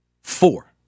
four